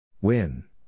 Win